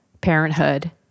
parenthood